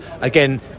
again